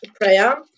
prayer